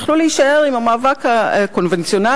הם יכלו להישאר עם המאבק הקונבנציונלי,